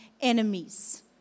enemies